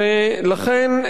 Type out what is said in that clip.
לכן,